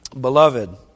Beloved